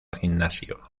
gimnasio